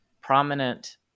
prominent